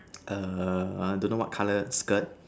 err I don't know what color skirt